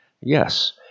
Yes